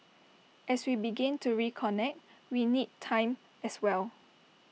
as we begin to reconnect we need time as well